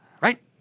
Right